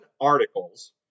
articles